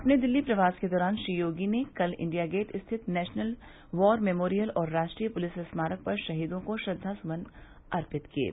अपने दिल्ली प्रवास के दौरान श्री योगी ने कल इंडिया गेट स्थित नेशनल वॉर मेमोरियल और राष्ट्रीय पुलिस स्मारक पर शहीदों को श्रद्वासुमन अर्पित किये